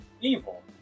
evil